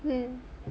hmm